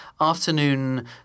afternoon